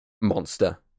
monster